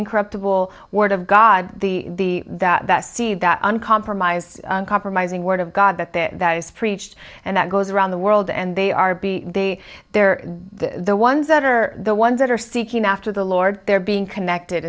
incorruptible word of god the that see that uncompromised compromising word of god that that is preached and that goes around the world and they are they they're the ones that are the ones that are seeking after the lord they're being connected